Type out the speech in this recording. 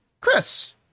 Chris